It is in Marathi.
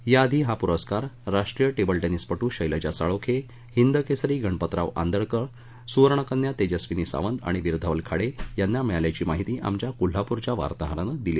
या आधी हा पुरस्कार राष्ट्रीय टेबल टेनिसपटु शैलजा साळोखे हिंदकेसरी गणतराव आंदळकर सुवर्णकन्या तेजस्विनी सावंत आणि विरधवल खाडे यांना मिळाल्याची माहिती आमच्या कोल्हापूरच्य बातमीदारानं दिली